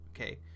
okay